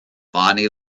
bonnie